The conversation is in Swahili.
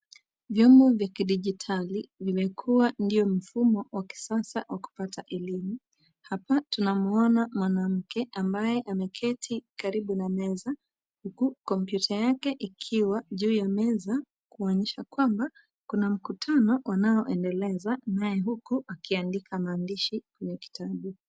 Vyombo vya kidijitali vimekuwa ndio mfumo wa kisasa wa kupata elimu. Hapa tunamwona mwanamke ambaye ameketi karibu na meza huku kompyuta yake ikiwa juu ya meza kuonyesha kwamba kuna mkutano wanaoendeleza naye huku akiandika maandishi kwenye kitabu.